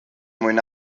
mwyn